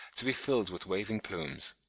to be filled with waving plumes.